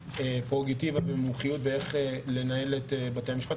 פררוגטיבה ומומחיות באיך לנהל את בתי המשפט.